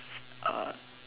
uh